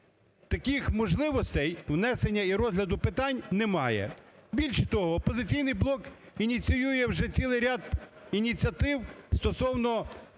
таких можливостей внесення і розгляду питань немає. Більше того, "Опозиційний блок" ініціює вже цілий ряд ініціатив стосовно